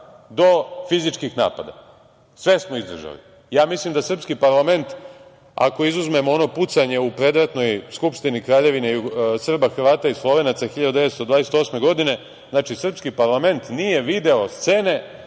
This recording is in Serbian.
do fizičkih napada. Sve smo izdržali. Ja mislim da srpski parlament, ako izuzmemo ono pucanje u predratnoj Skupštini Kraljevine SHS 1928. godine, znači srpski parlament nije video scene